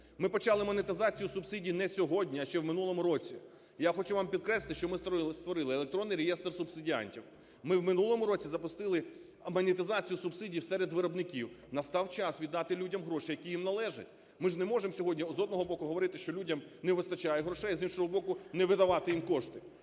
Ми почали монетизацію субсидій не сьогодні, а ще в минулому році. Я хочу вам підкреслити, що ми створили електронний реєстр субсидіантів. Ми в минулому році запустили монетизацію субсидій серед виробників. Настав час віддати людям гроші, які їм належать. Ми ж не можемо сьогодні з одного боку говорити, що людям не вистачає грошей, а з іншого боку не видавати їм кошти.